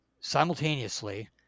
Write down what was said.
simultaneously